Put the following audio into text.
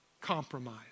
compromise